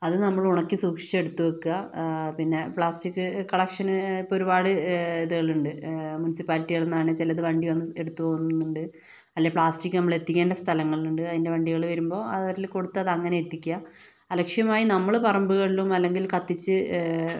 അത് നമ്മളുണക്കി സൂക്ഷിച്ച് എടുത്തു വെക്കുക പിന്നെ പ്ലാസ്റ്റിക് കളക്ഷണിപ്പോൾ ഒരുപാട് ഇതുകളുണ്ട് മുൻസിപ്പാലിറ്റികൾ ചിലത് വണ്ടി വന്ന് എടുത്തു പോവുന്നവരുണ്ട് അല്ലെങ്കിൽ പ്ലാസ്റ്റിക് നമ്മളെത്തികേണ്ട സ്ഥലങ്ങളുണ്ട് അതിൻ്റെ വണ്ടികൾ വരുമ്പോൾ അവരിൽ കൊടുത്താൽ അത് അങ്ങനെ എത്തിക്കാം അലക്ഷ്യമായി നമ്മള് പറമ്പുകളിലും അല്ലെങ്കിൽ കത്തിച്ച്